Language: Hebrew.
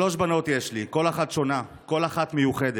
שלוש בנות יש לי, כל אחת שונה, כל אחת מיוחדת.